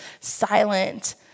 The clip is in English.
silent